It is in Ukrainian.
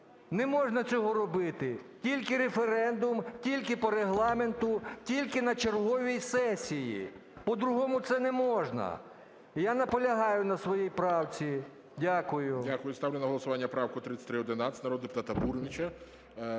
Не можна цього робити. Тільки референдум, тільки по Регламенту, тільки на черговій сесії, по-другому це не можна. І я наполягаю на своїй правці. Дякую.